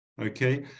Okay